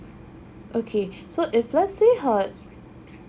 okay so if let's say her